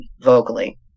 vocally